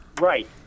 right